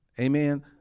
Amen